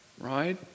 right